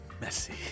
messy